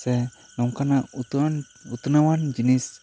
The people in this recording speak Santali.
ᱥᱮ ᱱᱚᱝᱠᱟᱱᱟᱜ ᱩᱛᱟᱹᱱ ᱩᱛᱱᱟᱹᱣᱟᱱ ᱡᱤᱱᱤᱥ